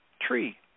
tree